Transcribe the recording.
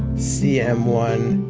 c m one